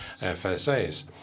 FSAs